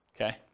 okay